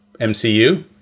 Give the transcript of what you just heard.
MCU